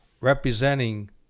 representing